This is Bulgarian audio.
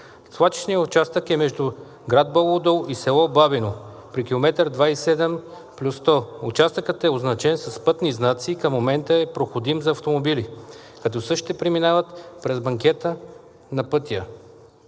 Свлачищният участък е между град Бобов дол и село Бабино при км 27+100. Участъкът е означен с пътни знаци и към момента е проходим за автомобили, като същите преминават през банкета на пътя.